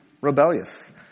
rebellious